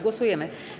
Głosujemy.